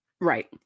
right